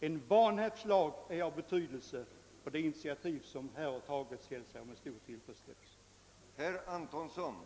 En vanhävdslag är av stor betydelse, och det initiativ som här har tagits hälsar jag som sagt med tillfredsställelse.